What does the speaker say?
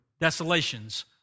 Desolations